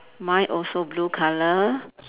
mine also blue colour